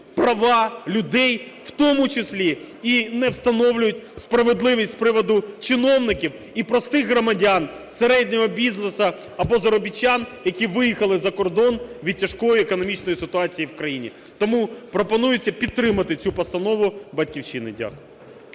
права людей, у тому числі і не встановлюють справедливість з приводу чиновників і простих громадян середнього бізнесу або заробітчан, які виїхали за кордон від тяжкої економічної ситуації в країні. Тому пропонується підтримати цю постанову "Батьківщини". Дякую.